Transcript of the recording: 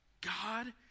God